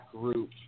group